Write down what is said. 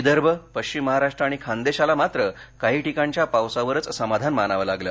विदर्भ पश्चिम महाराष्ट्र आणि खान्देशाला मात्र काही ठिकाणच्या पावसावरच समाधान मानावं लागलं